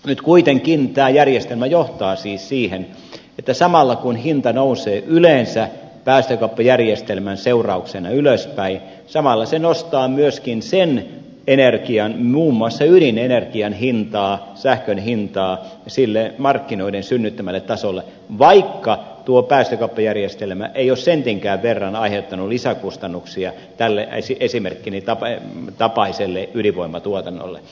nyt kuitenkin tämä järjestelmä johtaa siis siihen että samalla kun hinta nousee yleensä päästökauppajärjestelmän seurauksena ylöspäin samalla se nostaa myöskin sen energian muun muassa ydinenergian hintaa sähkön hintaa sille markkinoiden synnyttämälle tasolle vaikka tuo päästökauppajärjestelmä ei ole sentinkään verran aiheuttanut lisäkustannuksia tälle esimerkkini tapaiselle ydinvoimatuotannolle